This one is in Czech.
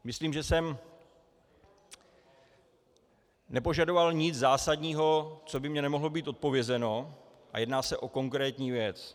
Myslím, že jsem nepožadoval nic zásadního, co by mně nemohlo být odpovězeno, a jedná se o konkrétní věc.